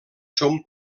són